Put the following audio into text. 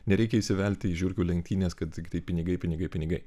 nereikia įsivelti į žiurkių lenktynes kad tiktai pinigai pinigai pinigai